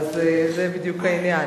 זה בדיוק העניין.